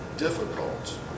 difficult